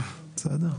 בסדר?